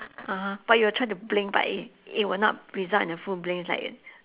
(uh huh) but you're trying to blink but it it will not result in a full blink it's like